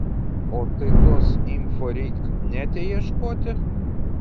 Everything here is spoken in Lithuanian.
o tai tos info reik nete ieškoti